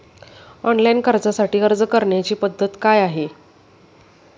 Online कर्जासाठी अर्ज करण्याची पद्धत काय आहे?